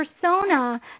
persona